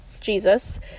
Jesus